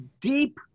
Deep